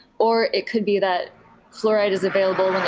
or it could be that fluoride is available